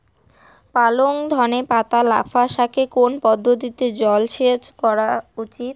পালং ধনে পাতা লাফা শাকে কোন পদ্ধতিতে জল সেচ করা উচিৎ?